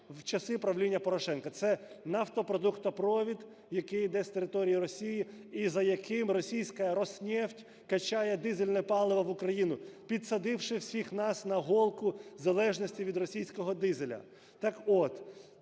в часи правління Порошенка. Це нафтопродуктопровід, який йде з території Росії і за яким російська "Роснефть" качає дизельне паливо в Україну, підсадивши всіх нас на голку залежності від російського дизеля.